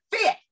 fit